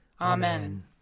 Amen